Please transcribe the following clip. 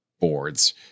boards